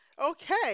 Okay